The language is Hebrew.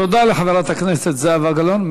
תודה לחברת הכנסת זהבה גלאון.